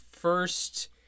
first